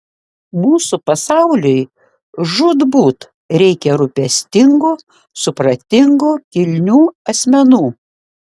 mūsų pasauliui žūtbūt reikia rūpestingų supratingų kilnių asmenų